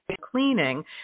cleaning